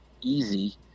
easy